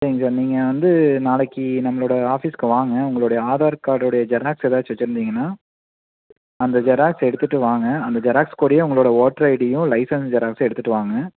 சரிங்க சார் நீங்கள் வந்து நாளைக்கு நம்மளோடய ஆஃபீஸ்க்கு வாங்க உங்களுடைய ஆதார் கார்டோடைய ஜெராக்ஸ் ஏதாச்சும் வச்சிருந்திங்கன்னால் அந்த ஜெராக்ஸ் எடுத்துகிட்டு வாங்க அந்த ஜெராக்ஸ் கூடயே உங்களோடய வோட்டர் ஐடியும் லைசன்ஸ் ஜெராக்ஸ்ஸும் எடுத்துகிட்டு வாங்க